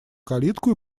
калитку